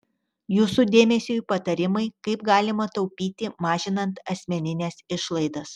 jūsų dėmesiui patarimai kaip galima taupyti mažinant asmenines išlaidas